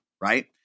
right